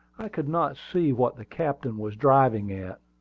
i could not see what the captain was driving at,